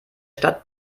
stadt